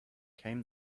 came